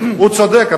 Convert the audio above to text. הוא צודק.